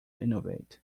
innovate